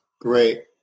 Great